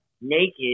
naked